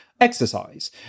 exercise